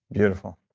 beautiful.